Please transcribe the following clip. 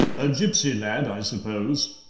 a gipsy lad, i suppose.